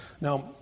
Now